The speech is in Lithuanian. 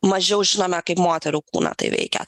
mažiau žinome kaip moterų kūną tai veikia